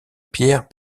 pierre